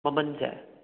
ꯃꯃꯟꯁꯦ